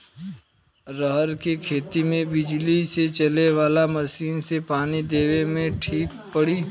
रहर के खेती मे बिजली से चले वाला मसीन से पानी देवे मे ठीक पड़ी?